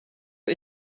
who